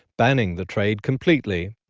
banning the trade completely.